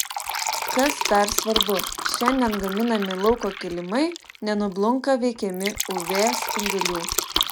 kas dar svarbu šiandien gaminami lauko kilimai nenublunka veikiami uv spindulių